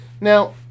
Now